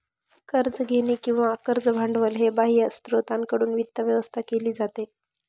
कर्ज घेणे किंवा कर्ज भांडवल हे बाह्य स्त्रोतांकडून वित्त व्यवस्था केली जाते